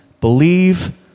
Believe